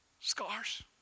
Scars